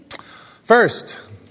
first